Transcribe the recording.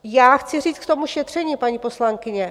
Já chci říct k tomu šetření, paní poslankyně.